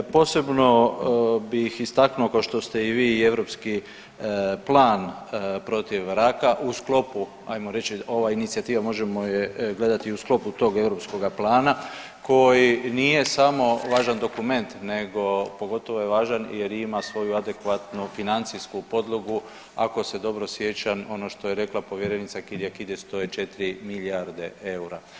Posebno bih istaknuo košto ste i vi i Europski plan protiv raka u sklopu ajmo reći ova inicijativa možemo je gledati u sklopu tog Europskoga plana koji nije samo važan dokument nego pogotovo je važan jer ima svoju adekvatnu financijsku podlogu, ako se dobro sjećam ono što je rekla povjerenica Kyriakides to je 4 milijarde eura.